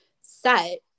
set